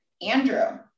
Andrew